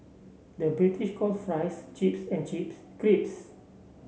the British calls fries chips and chips creeps